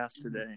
today